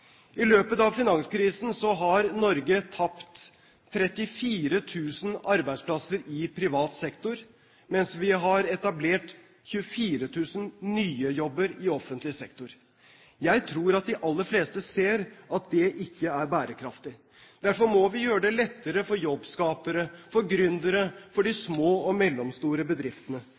I løpet av finanskrisen har Norge tapt 34 000 arbeidsplasser i privat sektor, mens vi har etablert 24 000 nye jobber i offentlig sektor. Jeg tror de aller fleste ser at det ikke er bærekraftig. Derfor må vi gjøre det lettere for jobbskapere, for gründere og for de små og mellomstore bedriftene.